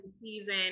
season